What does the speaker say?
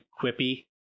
quippy